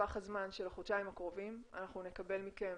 שבטווח הזמן של החודשיים הקרובים אנחנו נקבל מכם